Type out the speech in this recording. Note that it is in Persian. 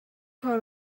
کار